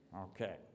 Okay